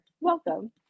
Welcome